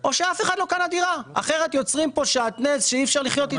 או שאף אחד לא קנה דירה; אחרת יוצרים פה שעטנז שאי אפשר לחיות איתו.